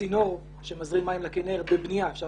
הצינור שמזרים מים לכינרת בבנייה ואפשר